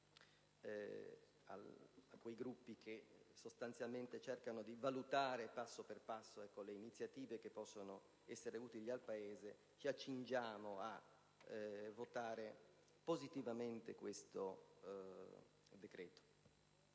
a quei Gruppi che sostanzialmente cercano di valutare passo per passo le iniziative che possono essere utili al Paese, ci accingiamo a votare positivamente questo decreto.